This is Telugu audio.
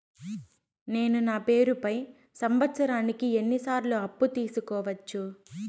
నేను నా పేరుపై సంవత్సరానికి ఎన్ని సార్లు అప్పు తీసుకోవచ్చు?